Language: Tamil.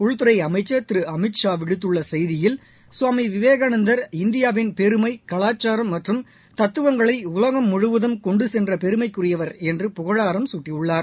உள்துறை அளமச்சர் திரு அமித்ஷா விடுத்துள்ள கெய்தியில் சுவாமி விவேகானந்தர் இந்தியாவின் பெருமை கலாச்சாரம் மற்றும் தத்துவங்களை உலகம் முழுவதும் கொண்டு சென்ற பெருமைக்குரியவர் என்று புகழாரம் குட்டியுள்ளார்